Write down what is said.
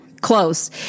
close